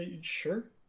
sure